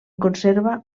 conserva